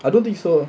I don't think so